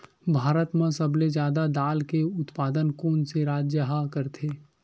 भारत मा सबले जादा दाल के उत्पादन कोन से राज्य हा करथे?